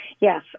Yes